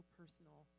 personal